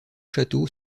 château